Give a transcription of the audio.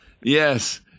Yes